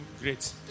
great